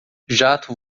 jato